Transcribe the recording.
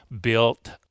built